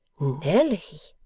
nelly!